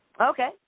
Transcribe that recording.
Okay